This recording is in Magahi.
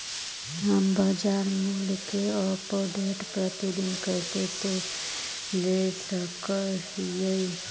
हम बाजार मूल्य के अपडेट, प्रतिदिन कैसे ले सक हिय?